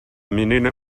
mínim